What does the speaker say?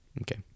Okay